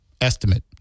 estimate